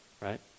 right